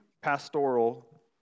pastoral